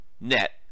net